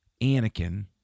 Anakin